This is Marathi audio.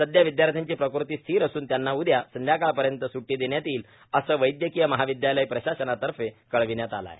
सध्या विद्याश्र्यांची प्रकृती स्थिर असून त्यांना उद्या संध्याकाळपर्यंत स्ट्टी देण्यात येईल असं वैद्यकीय महाविद्यालय प्रशासनातर्फे कळविण्यात आलं आहे